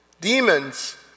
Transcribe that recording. Demons